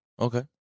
Okay